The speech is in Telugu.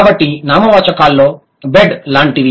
కాబట్టి నామవాచకాల్లో బెడ్ లాంటివి